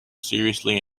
seriously